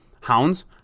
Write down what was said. Hounds